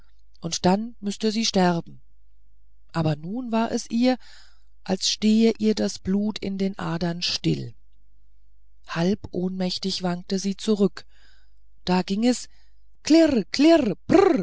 und dann müßte sie sterben aber nun war es ihr als stehe ihr das blut in den adern still halb ohnmächtig wankte sie zurück da ging es klirr klirr